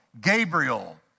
Gabriel